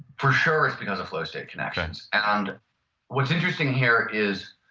for sure it's because of flow state connections. and what's interesting here is,